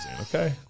okay